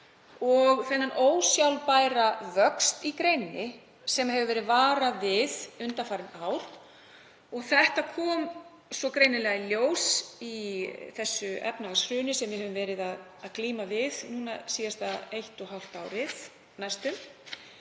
og þann ósjálfbæra vöxt í greininni sem hefur verið varað við undanfarin ár. Það kom svo greinilega í ljós í því efnahagshruni sem við höfum verið að glíma við núna síðasta eina